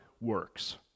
works